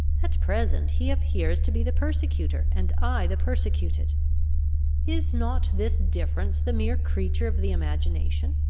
at present he appears to be the persecutor, and i the persecuted is not this difference the mere creature of the imagination?